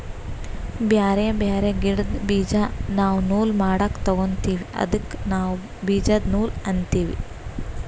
ಬ್ಯಾರೆ ಬ್ಯಾರೆ ಗಿಡ್ದ್ ಬೀಜಾ ನಾವ್ ನೂಲ್ ಮಾಡಕ್ ತೊಗೋತೀವಿ ಅದಕ್ಕ ನಾವ್ ಬೀಜದ ನೂಲ್ ಅಂತೀವಿ